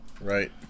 Right